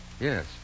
Yes